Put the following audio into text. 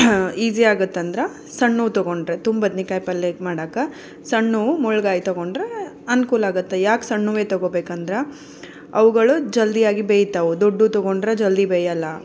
easy ಆಗುತ್ತೆಂದ್ರೆ ಸಣ್ಣವು ತಗೊಂಡರೆ ತುಂಬದ್ನೇಕಾಯಿ ಪಲ್ಯ ಮಾಡೋಕೆ ಸಣ್ಣವು ಮುಳ್ಳುಗಾಯಿ ತಗೊಂಡರೆ ಅನುಕೂಲ ಆಗುತ್ತೆ ಯಾಕೆ ಸಣ್ಣವೇ ತಗೊಳ್ಬೇಕೆಂದ್ರೆ ಅವುಗಳು ಜಲ್ದಿಯಾಗಿ ಬೇಯ್ತವೆ ದೊಡ್ಡವು ತಗೊಂಡರೆ ಜಲ್ದಿ ಬೇಯೋಲ್ಲ